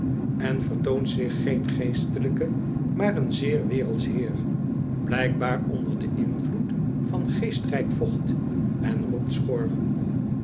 en vertoont zich geen geestelijke maar een zeer wereldsch heer blijkbaar onder den invloed van geestrijk vocht en roept schor